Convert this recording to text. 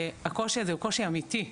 הקושי הזה הוא קושי אמיתי.